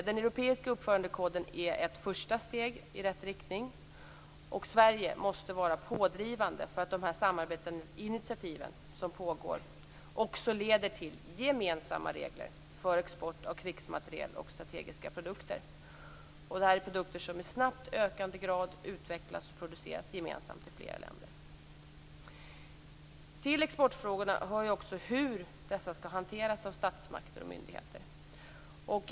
Den europeiska uppförandekoden är ett första steg i rätt riktning, och Sverige måste vara pådrivande för att de samarbetsinitiativ som pågår också skall leda till gemensamma regler för export av krigsmateriel och strategiska produkter. Det är produkter som i snabbt ökande grad utvecklas och produceras gemensamt i flera länder. Till exportfrågorna hör också hur dessa skall hanteras av statsmakter och myndigheter.